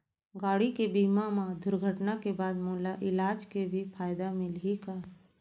गाड़ी के बीमा मा दुर्घटना के बाद मोला इलाज के भी फायदा मिलही का?